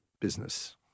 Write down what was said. business